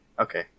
Okay